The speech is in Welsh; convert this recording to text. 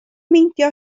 meindio